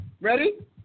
Ready